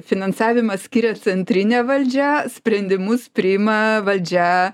finansavimą skiria centrinė valdžia sprendimus priima valdžia